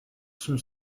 son